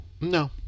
No